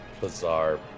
bizarre